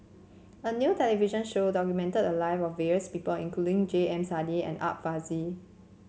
a new television show documented the live of various people including J M Sali and Art Fazil